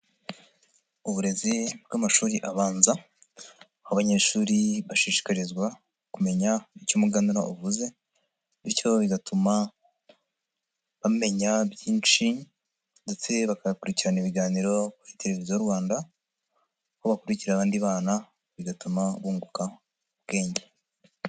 Uburezi bw'amashuri abanza, aho abanyeshuri bashishikarizwa kumenya icyo umuganura uvuze bityo bigatuma bamenya, byinshi ndetse bakanakurikirana ibiganiro kuri televiziyo Rwanda aho bakurikira abandi bana bigatuma bunguka ubwenge.